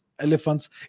elephants